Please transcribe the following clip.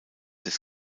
des